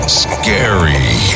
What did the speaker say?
scary